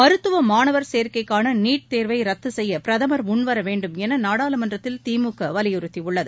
மருத்துவ மாணவர் சேர்க்கைக்கான நீட் தேர்வை ரத்து செய்ய பிரதமர் முன்வர வேண்டுமென நாடாளுமன்றத்தில் திமுக வலியுறுத்தியுள்ளது